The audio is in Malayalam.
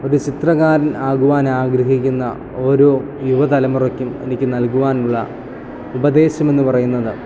ഒരു ചിത്രകാരൻ ആകുവാൻ ആഗ്രഹിക്കുന്ന ഓരോ യുവ തലമുറയ്ക്കും എനിക്ക് നൽകുവാനുള്ള ഉപദേശം എന്ന് പറയുന്നത്